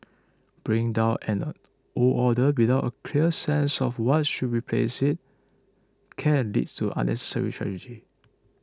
bringing down an a old order without a clear sense of what should replace it can lead to unnecessary tragedy